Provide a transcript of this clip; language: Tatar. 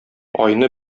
айны